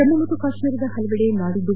ಜಮ್ನು ಮತ್ತು ಕಾಶ್ಮೀರದ ಹಲವೆಡೆ ನಾಡಿದ್ದು